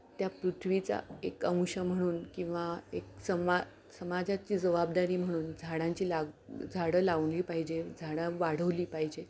त्या पृथ्वीचा एक अंश म्हणून किंवा एक समा समाजाची जबाबदारी म्हणून झाडांची ला झाडं लावली पाहिजे झाडं वाढवली पाहिजे